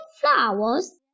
flowers